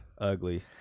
ugly